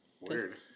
Weird